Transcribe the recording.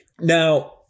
Now